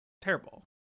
terrible